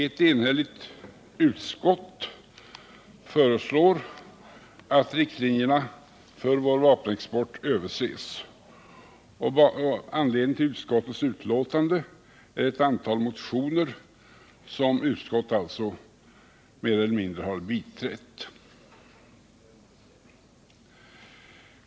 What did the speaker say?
Ett enhälligt utskott föreslår att riktlinjerna för vår vapenexport överses. Utskottsbetänkandet är föranlett av ett antal motioner, som utskottet mer eller mindre har biträtt.